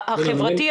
החברתי,